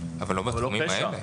אבל לא בתחומים האלה.